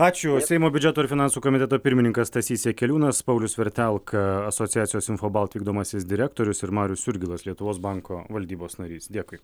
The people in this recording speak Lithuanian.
ačiū seimo biudžeto ir finansų komiteto pirmininkas stasys jakeliūnas paulius vertelka asociacijos infobalt vykdomasis direktorius ir marius jurgilas lietuvos banko valdybos narys dėkui